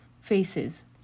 faces